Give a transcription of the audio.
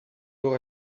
door